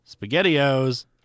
SpaghettiOs